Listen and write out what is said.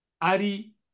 ari